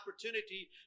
opportunity